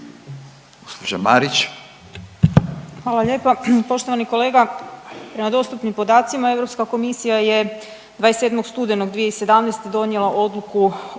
Andreja (SDP)** Hvala lijepa. Poštovani kolega, prema dostupnim podacima, EK je 27. studenog 2017. donijela odluku